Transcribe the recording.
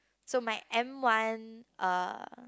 so my M one uh